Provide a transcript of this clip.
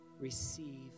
receive